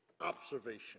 observation